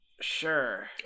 Sure